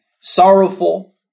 sorrowful